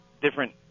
different